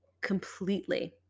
completely